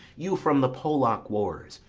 you from the polack wars,